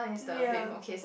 ya